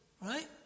right